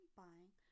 buying